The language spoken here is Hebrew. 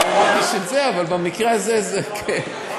לא אמרתי, אבל במקרה הזה, זה כן.